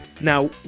now